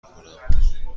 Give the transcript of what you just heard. کنم